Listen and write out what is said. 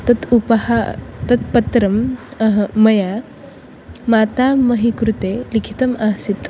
तत् उपहारं तत् पत्रं मया मातामहीकृते लिखितम् आसीत्